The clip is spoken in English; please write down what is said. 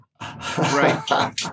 Right